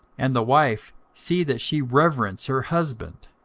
and the wife see that she reverence her husband.